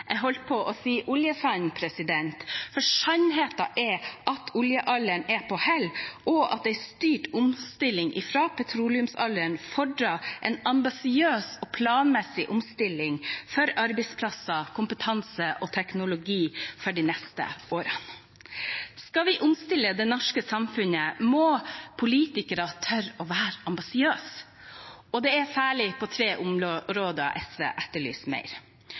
jeg holdt på å si oljesanden – for sannheten er at oljealderen er på hell, og at en styrt omstilling fra petroleumsalderen fordrer en ambisiøs og planmessig omstilling for arbeidsplasser, kompetanse og teknologi for de neste årene. Skal vi omstille det norske samfunnet, må politikere tore å være ambisiøse. Det er særlig på tre områder SV etterlyser mer.